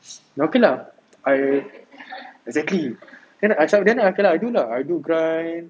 but okay lah I exactly then macam okay lah I do lah I do grind